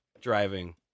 driving